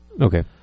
Okay